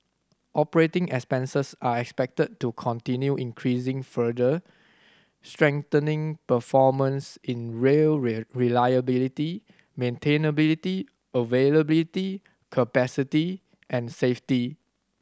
operating expenses are expected to continue increasing further strengthening performance in rail reliability maintainability availability capacity and safety